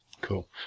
Cool